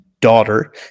daughter